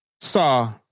saw